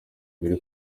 biri